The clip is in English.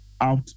out